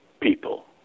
people